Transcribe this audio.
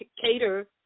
cater